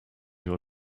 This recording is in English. your